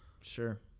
Sure